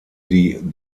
die